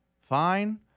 fine